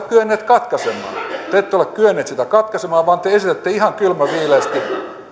kyenneet katkaisemaan te ette ole kyenneet sitä katkaisemaan vaan te esitätte ihan kylmän viileästi